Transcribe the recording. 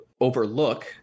overlook